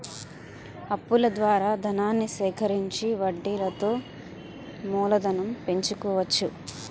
అప్పుల ద్వారా ధనాన్ని సేకరించి వడ్డీలతో మూలధనం పెంచుకోవచ్చు